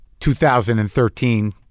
2013